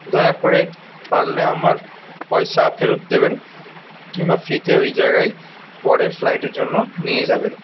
দয়া করে পারলে আমার পয়সা ফেরত দেবেন কিম্বা ফ্রিতে ওই জায়গায় পরের ফ্লাইটের জন্য নিয়ে যাবেন